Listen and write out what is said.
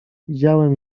widziałem